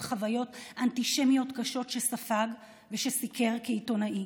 חוויות אנטישמיות קשות שספג ושסיקר כעיתונאי.